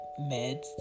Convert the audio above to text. meds